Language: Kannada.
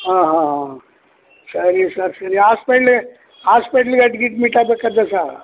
ಹಾಂ ಹಾಂ ಹಾಂ ಸರಿ ಸರ್ ಸರಿ ಆಸ್ಪಿಟ್ಲ್ ಹಾಸ್ಪಿಟ್ಲಿಗೆ ಎಡ್ ಗಿಡ್ಮಿಟ್ ಆಗಬೇಕತೇತಾ